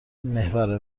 محور